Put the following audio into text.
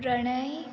Pranay